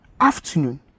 afternoon